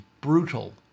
brutal